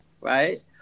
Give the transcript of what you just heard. right